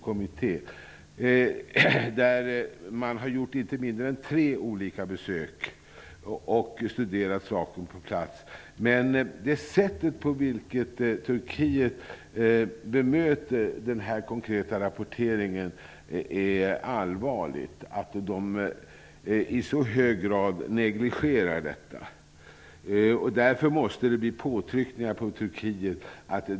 Kommittén har gjort inte mindre än tre olika besök i landet och studerat saken på plats. Det sätt på vilket Turkiet bemöter den här konkreta rapporteringen -- nämligen att de i så hög grad negligerar den -- är allvarligt. Därför måste det göras påtryckningar på Turkiet.